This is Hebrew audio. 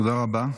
תודה רבה.